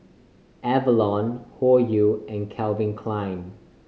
Avalon Hoyu and Calvin Klein